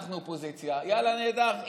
אנחנו אופוזיציה: יאללה נהדר,